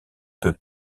peut